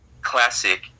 classic